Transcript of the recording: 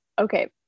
okay